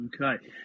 Okay